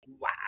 wow